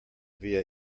via